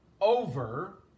over